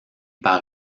par